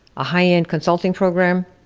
a high end consulting program,